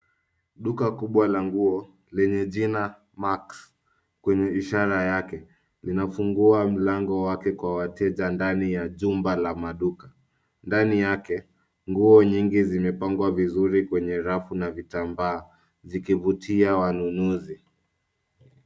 Duka kubwa la nguo lenye jina Max kwenye ishara yake. Inafungua mlango wake ka wateja ndani ya jumba la maduka. Ndani yake, nguo nyingi zimepangwa vizuri kwenye rafu na vitambaa zikivutia wanunuzi.